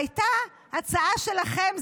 והייתה הצעה שלכם,